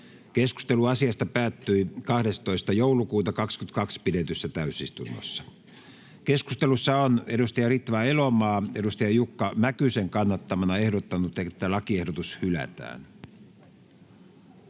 Keskustelu asiasta päättyi 12.12.2022 pidetyssä täysistunnossa. Keskustelussa on Ritva Elomaa Jukka Mäkysen kannattamana ehdottanut, että lakiehdotus hylätään.